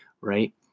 right